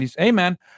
Amen